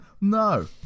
No